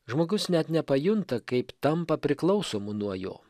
žmogus net nepajunta kaip tampa priklausomu nuo jo